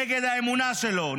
נגד האמונה שלו,